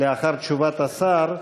לאחר תשובת השר,